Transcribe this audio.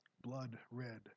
blood-red